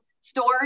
stores